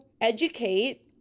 educate